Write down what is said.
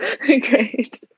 great